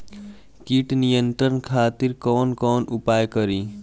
कीट नियंत्रण खातिर कवन कवन उपाय करी?